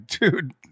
dude